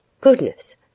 Goodness